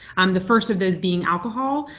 um the first of those being alcohol.